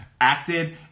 acted